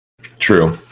True